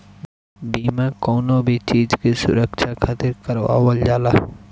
बीमा कवनो भी चीज के सुरक्षा खातिर करवावल जाला